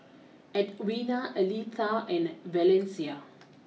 Edwina Aletha and Valencia